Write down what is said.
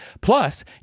Plus